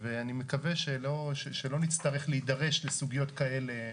אני מקווה שלא נצטרך להידרש לסוגיות כאלה,